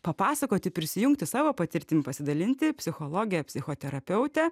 papasakoti prisijungti savo patirtim pasidalinti psichologę psichoterapeutę